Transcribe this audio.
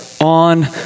on